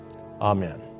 amen